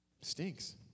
Stinks